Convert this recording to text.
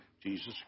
Jesus